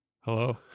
Hello